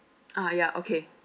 ah ya okay